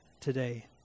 today